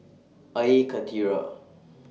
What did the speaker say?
Air Karthira